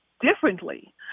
differently